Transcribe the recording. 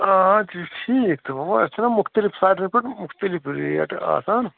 آ تہِ چھُ ٹھیٖک تہٕ وۄنۍ گوٚو اَسہِ چھِ نا مختلِف ساروٕے کھۄتہٕ مختلِف ریٹ آسان